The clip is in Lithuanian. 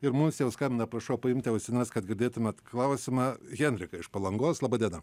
ir mums jau skambina prašau paimti ausines kad girdėtumėt klausimą henrika iš palangos laba diena